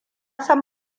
san